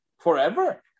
forever